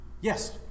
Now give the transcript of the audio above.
Yes